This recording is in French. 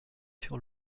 sur